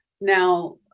now